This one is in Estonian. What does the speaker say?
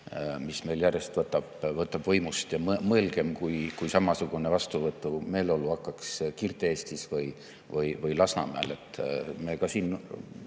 mis meil järjest võtab võimust. Mõelgem, kui samasugune vastuhakumeeleolu tekiks Kirde-Eestis või Lasnamäel! Me ka siin